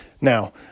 Now